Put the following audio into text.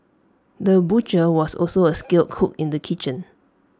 the butcher was also A skilled cook in the kitchen